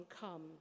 come